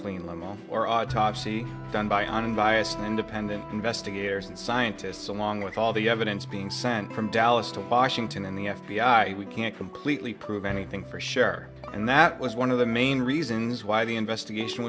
all are autopsy done by unbiased independent investigators and scientists along with all the evidence being sent from dallas to washington and the f b i we can't completely prove anything for sure and that was one of the main reasons why the investigation